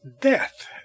death